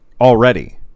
already